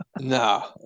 No